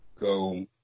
go